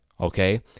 okay